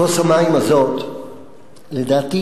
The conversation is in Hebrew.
כוס המים הזאת, לדעתי,